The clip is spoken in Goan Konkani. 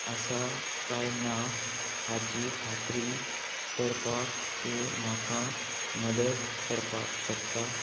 आसा काय ना हाची खात्री करपाक तूं म्हाका मदत करपाक शकता